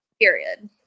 period